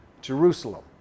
Jerusalem